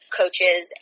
coaches